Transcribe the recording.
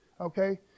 okay